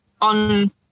on